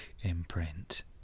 imprint